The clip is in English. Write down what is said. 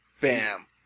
Bam